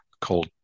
called